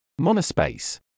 Monospace